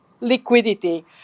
liquidity